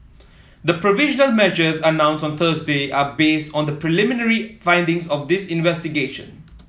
the provisional measures announced on Thursday are based on the preliminary findings of this investigation